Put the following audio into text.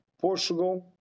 Portugal